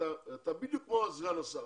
בדיוק כמו סגן השר,